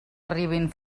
arribin